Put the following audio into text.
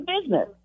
business